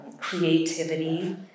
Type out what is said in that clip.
creativity